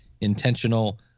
intentional